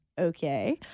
Okay